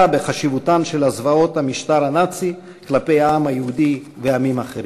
בחשיבותן של זוועות המשטר הנאצי כלפי העם היהודי ועמים אחרים.